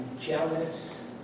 jealous